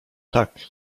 tak